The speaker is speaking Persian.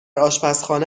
آشپزخانه